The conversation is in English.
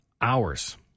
hours